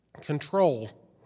control